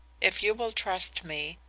if you will trust me,